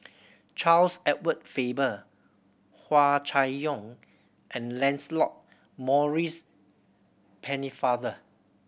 Charles Edward Faber Hua Chai Yong and Lancelot Maurice Pennefather